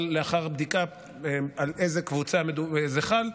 אבל לאחר בדיקה על איזו קבוצה זה חל,